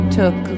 took